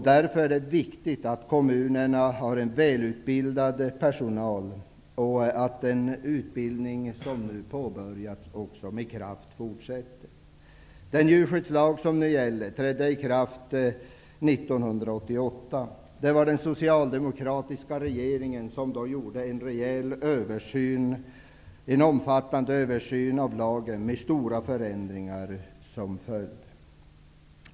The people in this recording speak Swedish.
Därför är det viktigt att kommunerna har en välutbildad personal och att den utbildning som nu påbörjats fortsätter. Den djurskyddslag som nu gäller trädde i kraft 1988. Det var den socialdemokratiska regeringen som då gjorde en omfattande översyn av lagen med stora förändringar som följd.